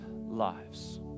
lives